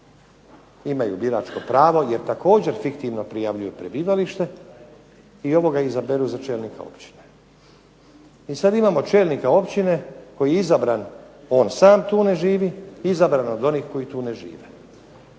imaju biračko pravo jer također fiktivno prijavljuju prebivalište i ovoga izaberu za čelnika općine. I sad imamo čelnika općine koji je izabran, on sam tu ne živi, izabran od onih koji tu ne žive.